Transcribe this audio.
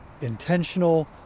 intentional